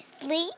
Sleep